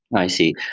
i see.